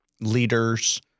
leaders